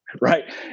Right